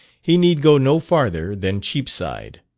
he need go no farther than cheapside.